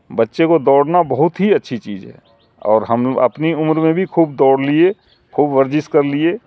بچے کو دوڑنا بہت ہی اچھی چیز ہے اور ہم اپنی عمر میں بھی خوب دوڑ لیے خوب ورزش کر لیے